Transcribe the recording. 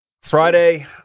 friday